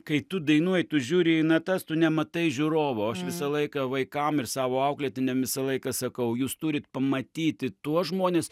kai tu dainuoji tu žiūri į natas tu nematai žiūrovo o aš visą laiką vaikam ir savo auklėtiniam visą laiką sakau jūs turit pamatyti tuos žmones